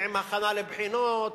ועם הכנה לבחינות,